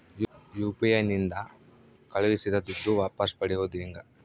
UPI ನಿಂದ ಕಳುಹಿಸಿದ ದುಡ್ಡು ವಾಪಸ್ ಪಡೆಯೋದು ಹೆಂಗ?